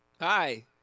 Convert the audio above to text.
Hi